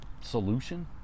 solution